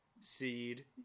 seed